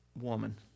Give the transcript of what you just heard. woman